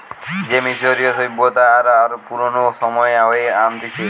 সে মিশরীয় সভ্যতা আর আরো পুরানো সময়ে হয়ে আনতিছে